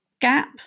gap